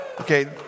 Okay